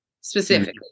specifically